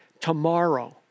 tomorrow